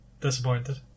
disappointed